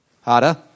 Harder